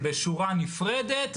-- בשורה נפרדת,